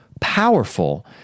powerful